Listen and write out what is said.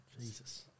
Jesus